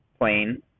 plane